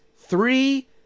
three